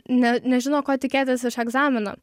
ne nežino ko tikėtis iš egzamino